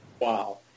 Wow